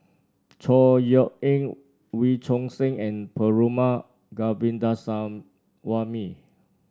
Chor Yeok Eng Wee Choon Seng and Perumal Govindaswamy